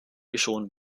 geschont